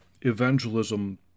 evangelism